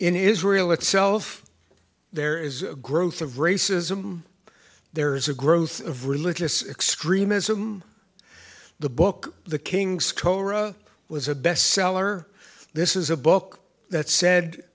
in israel itself there is a growth of racism there is a growth of religious extremism the book the king's cobra was a best seller this is a book that sa